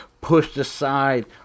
pushed-aside